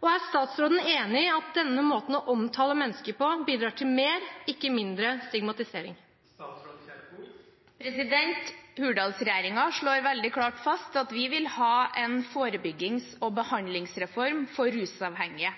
og er statsråden enig i at denne måten å omtale mennesker på bidrar til mer, ikke mindre stigmatisering? Hurdalsplattformen slår veldig klart fast at vi vil ha en forebyggings- og behandlingsreform for rusavhengige.